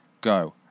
Go